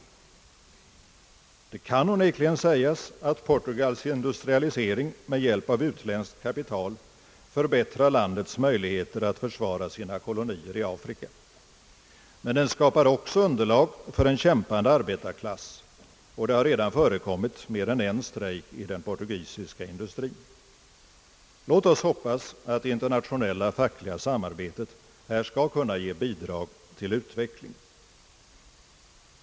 Det kan visserligen sägas, att Portugals industrialisering med hjälp av utländskt kapital förbättrar landets möjligheter att försvara sina kolonier i Afrika. Men den skapar också underlag för en kämpande arbetarklass, och det har redan förekommit mer än en strejk i den portugisiska industrien. Låt oss hoppas att det internationella fackliga samarbetet här skall kunna ge bidrag till utvecklingen.